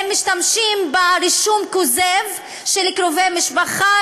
הם משתמשים ברישום כוזב של קרובי משפחה,